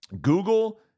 Google